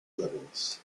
levels